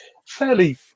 fairly